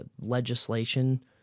legislation